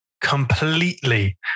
completely